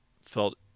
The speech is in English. felt